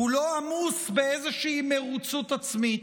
כולו עמוס באיזושהי מרוצות עצמית.